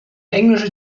englische